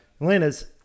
Atlanta's